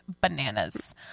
bananas